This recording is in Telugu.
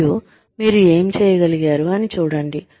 మరియు మీరు ఏమి చేయగలిగారు అని చూడండి